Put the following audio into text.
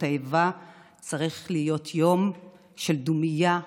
האיבה צריך להיות יום של דומייה ותפילה.